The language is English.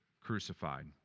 crucified